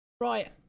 Right